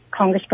congressperson